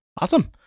awesome